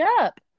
up